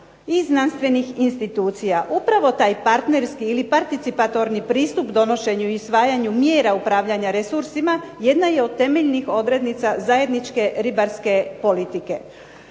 i znanstvenih institucija. Upravo taj partnerski ili participatorni pristup donošenju i usvajanju mjera upravljanja resursima jedna je od temeljnih odrednica zajedničke ribarske politike.